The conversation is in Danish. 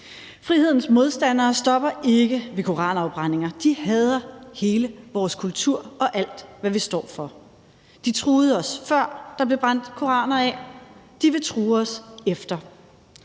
Frihedens modstandere stopper ikke ved koranafbrændinger. De hader hele vores kultur og alt, hvad vi står for. De truede os, før der blev brændt koraner af, de vil true os efter.